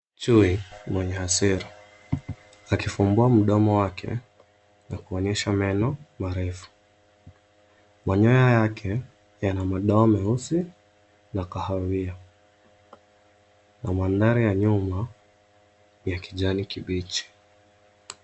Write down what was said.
Chui mwenye hasira akifungua mdomo wake na kuonyesha meno marefu. Manyoya yake yanamadoa meusi na kahawia na madhari ya nyuma ya kijani kibichi.